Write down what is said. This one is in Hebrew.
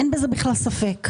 אין בזה בכלל ספק.